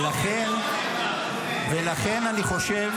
ולכן אני חושב